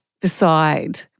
decide